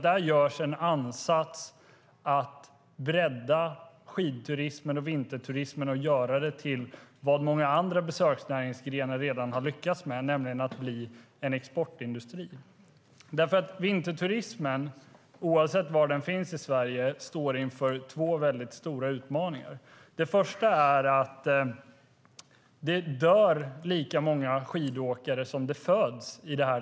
Där görs en ansats att bredda vinterturismen, skidturismen, och göra den till vad många andra besöksnäringsgrenar redan har lyckats med, nämligen att bli en exportindustri. Vinterturismen, oavsett var den finns i Sverige, står inför två väldigt stora utmaningar. Den första är att det dör lika många skidåkare som det föds i detta land.